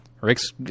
Rick's